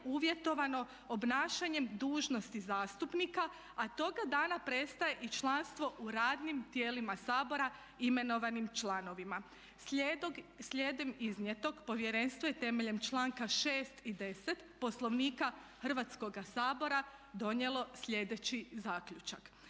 uvjetovano obnašanjem dužnosti zastupnika a toga dana prestaje i članstvo u radnim tijelima Sabora imenovanim članovima. Slijedom iznijetog Povjerenstvo je temeljem članka 6. i 10. Poslovnika Hrvatskoga sabora donijelo sljedeći Zaključak: